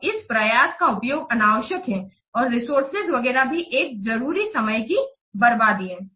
तो इस प्रयास का उपयोग अनावश्यक है और रिसोर्सेज वगैरह भी एक जरूरी समय की बर्बादी है